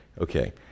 Okay